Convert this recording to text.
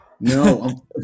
no